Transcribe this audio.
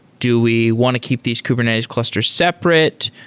do we want to keep these kubernetes clusters separate?